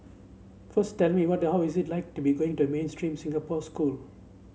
first tell me what how it is like to be going to a mainstream Singapore school